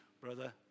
brother